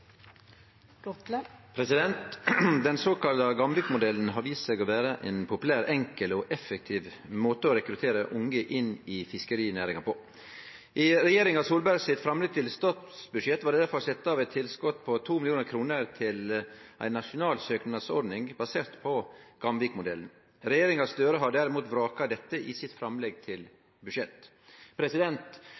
effektiv måte å rekruttere unge inn i fiskerinæringa på. I regjeringa Solberg sitt framlegg til statsbudsjett var det derfor sett av eit tilskot på 2 mill. kr til ei nasjonal søknadsordning basert på «Gamvik-modellen». Regjeringa Støre har derimot vraka dette i sitt framlegg til budsjett.